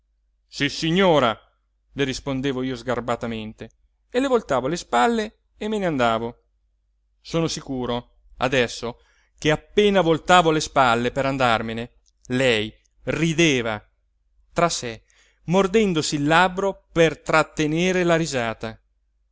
stato sissignora le rispondevo io sgarbatamente e le voltavo le spalle e me n'andavo sono sicuro adesso che appena voltavo le spalle per andarmene lei rideva tra sé mordendosi il labbro per trattenere la risata